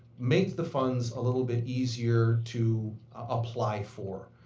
make the funds a little bit easier to apply for.